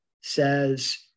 says